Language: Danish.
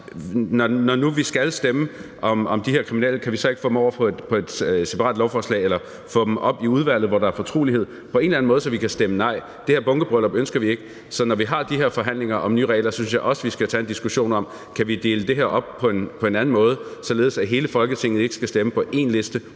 når nu vi skal stemme om de her kriminelle, så kan få dem over på et separat lovforslag eller få dem op i udvalget, hvor der er fortrolighed – på en eller anden måde, så vi kan stemme nej. Det her bunkebryllup ønsker vi ikke. Så når vi har de her forhandlinger om nye regler, synes jeg også, vi skal tage en diskussion om, om vi kan dele det her op på en anden måde, således at hele Folketinget ikke skal stemme om en liste